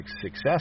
success